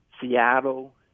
Seattle